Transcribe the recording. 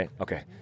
okay